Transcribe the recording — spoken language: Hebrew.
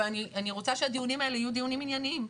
אבל אני רוצה שהדיונים האלה יהיו דיונים ענייניים.